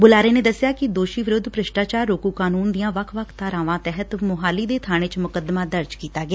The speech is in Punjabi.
ਬੁਲਾਰੇ ਨੇ ਦੱਸਿਆ ਕਿ ਦੋਸ਼ੀ ਵਿਰੁੱਧ ਭ੍ਰਿਸ਼ਟਾਚਾਰ ਰੋਕੁ ਕਾਨੂੰਨ ਦੀਆਂ ਵੱਖ ਵੱਖ ਧਾਰਾਵਾਂ ਤਹਿਤ ਮੁਹਾਲੀ ਦੇ ਬਾਣੇ ਚ ਮੁੱਕਦਮਾ ਦਰਜ ਕਰ ਲਿਆ ਗਿਆ